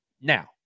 Now